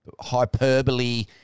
hyperbole